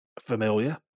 familiar